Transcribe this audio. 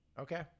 okay